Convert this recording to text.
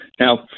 Now